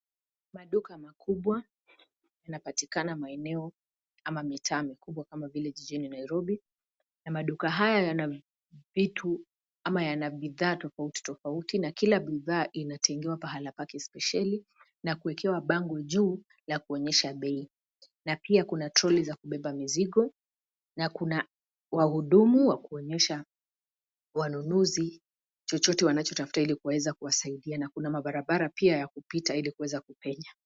Maduka makubwa yanapatikana maeneo ama mitaa mikubwa kama vile jijini nairobi, na maduka haya yana vitu ama yana bidhaa tofauti tofauti, na kila bidhaa inatengewa pahala pake speseli na kuekewa bango juu, la kuonyesha bei. Na pia kuna troli za kubeba mizigo, na kuna wahudumu wa kuonyesha wanunuzi chochote wanachotafuta ili kuweza kuwasaidia. Na kuna mabarabara pia ya kupita ili kuweza kupenya.